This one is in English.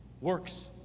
works